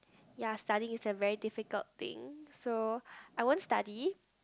ya studying is a very difficult thing so I won't study